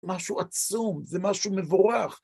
משהו עצום, זה משהו מבורך.